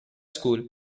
school